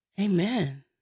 Amen